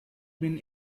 been